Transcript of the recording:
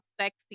Sexy